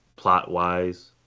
plot-wise